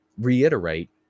reiterate